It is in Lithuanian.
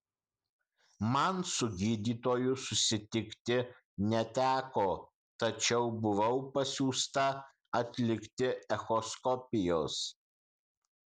man su gydytoju susitikti neteko tačiau buvau pasiųsta atlikti echoskopijos